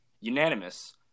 unanimous